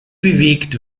bewegt